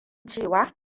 cewa